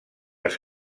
als